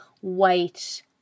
white